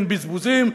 אין בזבוזים,